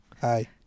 hi